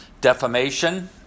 defamation